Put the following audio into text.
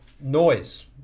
Noise